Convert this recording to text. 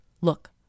Look